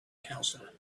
counselor